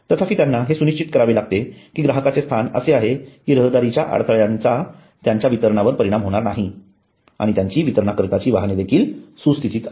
तथापि त्यांना हे सुनिश्चित करावे लागते की ग्राहकांचे स्थान असे आहे की रहदारीच्या अडथळ्यांचा त्यांच्या वितरणावर परिणाम होणार नाही आणि त्यांची वितरणाकरिताची वाहने देखील सुस्थितीत आहेत